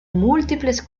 múltiples